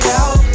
out